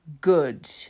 good